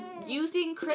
Using